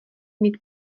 mít